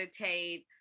meditate